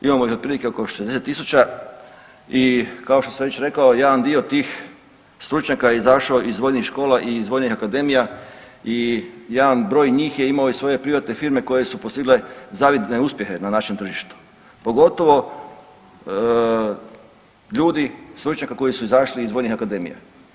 Imamo ih otprilike oko 60 000 i kao što sam već rekao jedan dio tih stručnjaka je izašao iz vojnih škola i iz vojnih akademija i jedan broj njih je imao i svoje privatne firme koje su postigle zavidne uspjehe na našem tržištu pogotovo ljudi stručnjaci koji su izašli iz vojnih akademija.